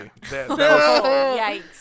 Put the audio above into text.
yikes